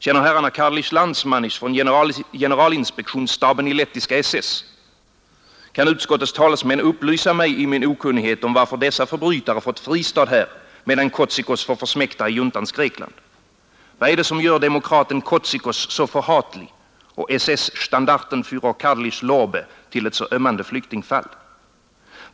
Känner herrarna Karlis Landsmanis från generalinspektionsstaben i lettiska SS? Kan utskottets talesmän upplysa mig i min okunnighet om varför dessa förbrytare fått fristad här, medan Kotzikos får försmäkta i juntans Grekland? Vad är det som gör demokraten Kotzikos så förhatlig och SS-standartenfuhrer Karlis Lobe till ett så ömmande flyktingfall?